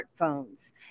smartphones